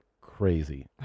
crazy